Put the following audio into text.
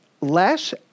less